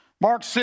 Mark